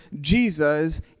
Jesus